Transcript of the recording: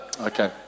okay